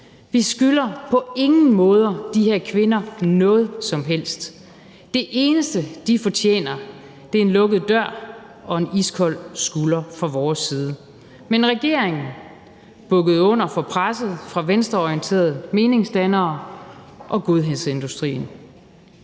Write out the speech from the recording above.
Vi skylder på ingen måde de her kvinder noget som helst. Det eneste, de fortjener, er en lukket dør og en iskold skulder fra vores side, men regeringen bukkede under for presset fra venstreorienterede meningsdannere og godhedsindustrien.